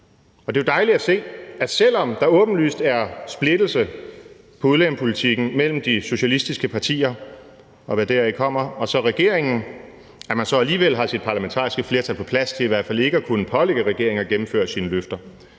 det er jo dejligt at se, at selv om der åbenlyst er splittelse i udlændingepolitikken mellem de socialistiske partier, og hvad deraf kommer, og så regeringen, så har man alligevel sit parlamentariske flertal på plads til i hvert fald ikke at kunne pålægge regeringen at gennemføre sine løfter.